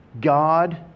God